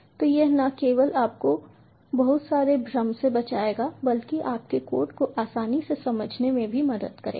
तो यह न केवल आपको बहुत सारे भ्रम से बचाएगा बल्कि आपके कोड को आसानी से समझने में भी मदद करेगा